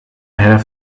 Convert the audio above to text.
have